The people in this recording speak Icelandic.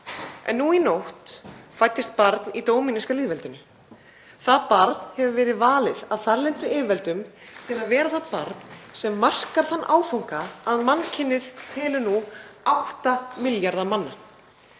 En nú í nótt fæddist barn í Dóminíska lýðveldinu. Það barn hefur verið valið að þarlendum yfirvöldum til að vera það barn sem markar þann áfanga að mannkynið telur nú 8 milljarða manna.